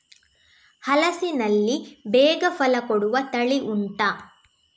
ಹಲಸಿನಲ್ಲಿ ಬೇಗ ಫಲ ಕೊಡುವ ತಳಿ ಉಂಟಾ